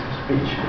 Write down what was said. speech